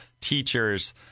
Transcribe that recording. teachers